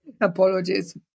apologies